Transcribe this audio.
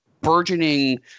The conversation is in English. burgeoning